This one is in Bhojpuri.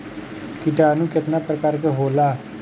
किटानु केतना प्रकार के होला?